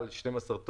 אם נראה את ה-12 טון,